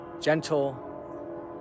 gentle